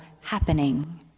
happening